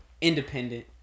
independent